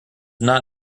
not